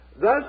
thus